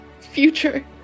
Future